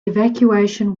evacuation